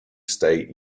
state